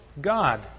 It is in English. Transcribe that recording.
God